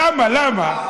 למה?